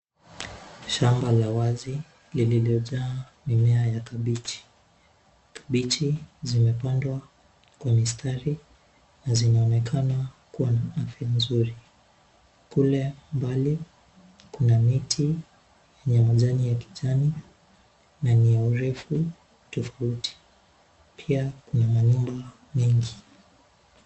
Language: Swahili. Shamba la wazi lililojaa mimea ya kabeji. Kabeji zimepandwa kwa mistari na zinaonekana kuwa na afya nzuri. Kule mbali kuna miti inaonekana ya kijani yenye urefu tofauti, pia kuna mawimbi mengi.